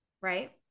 Right